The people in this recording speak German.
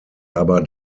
aber